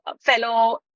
fellow